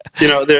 you know. there.